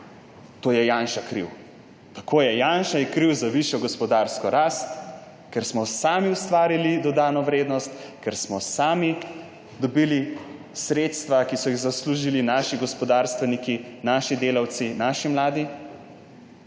da je Janša kriv. Tako je, Janša je kriv za višjo gospodarsko rast, ker smo sami ustvarili dodano vrednost, ker smo sami dobili sredstva, ki so jih zaslužili naši gospodarstveniki, naši delavci, naši mladi,